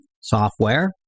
software